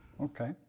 Okay